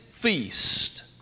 Feast